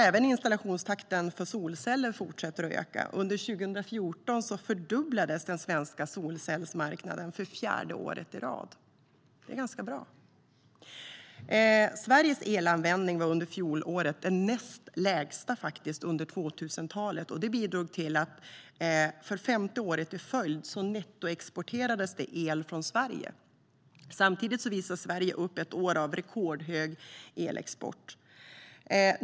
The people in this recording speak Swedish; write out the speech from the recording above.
Även installationstakten för solceller fortsätter att öka. Under 2014 fördubblades den svenska solcellsmarknaden för fjärde året i rad. Det är ganska bra. Sveriges elanvändning var under fjolåret den näst lägsta under 2000-talet. Det bidrog till att det för femte året i följd nettoexporterades el från Sverige. Sverige visade också upp ett år av rekordhög elexport.